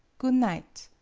goon night.